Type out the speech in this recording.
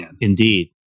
indeed